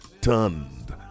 turned